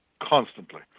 constantly